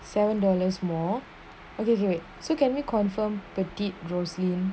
seven dollars more okay okay wait so can we confirm petite rosaline